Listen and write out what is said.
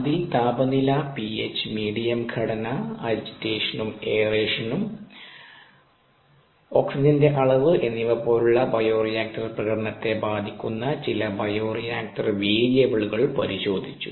അതിൽ താപനില pH medium ഘടന അജിറ്റേഷനും എയറേഷനുംAgitation Aeration ഓക്സിജന്റെ അളവ് എന്നിവ പോലുള്ള ബയോറിയാക്റ്റർ പ്രകടനത്തെ ബാധിക്കുന്ന ചില ബയോ റിയാക്ടർ വേരിയബിളുകൾ പരിശോധിച്ചു